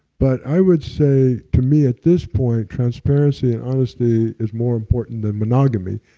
but i would say, to me at this point transparency and honesty is more important than monogamy.